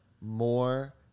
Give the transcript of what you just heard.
more